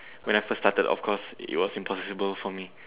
when I first started of course it was impossible for me